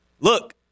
look